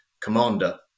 Commander